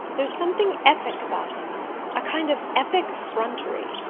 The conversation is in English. there's something epic about him a kind of epic effrontery.